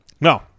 No